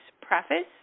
preface